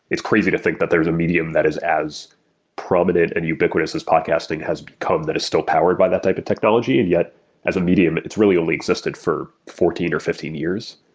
it's crazy to think that there's a medium that is as prominent and ubiquitous as podcasting has become that is still powered by that type of technology. and yet as a medium, it's really only existed for fourteen or fifteen years.